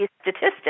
statistics